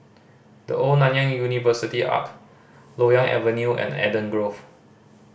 The Old Nanyang University Arch Loyang Avenue and Eden Grove